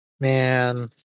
Man